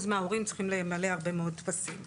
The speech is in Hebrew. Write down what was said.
מההורים צריכים למלא הרבה מאוד טפסים.